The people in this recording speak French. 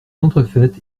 entrefaites